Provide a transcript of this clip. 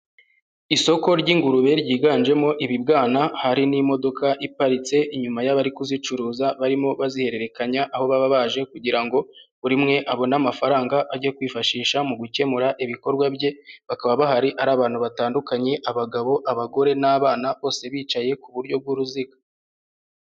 Isoko ry'ingurube ryiganjemo ibibwana, hari n'imodoka iparitse inyuma y'abari kuzicuruza barimo bazihererekanya, aho baba baje kugira ngo buri umwe abone amafaranga ajye kwifashisha mu gukemura ibikorwa bye, bakaba bahari ari abantu batandukanye, abagabo, abagore n'abana, bose bicaye ku buryo bw'uruziga.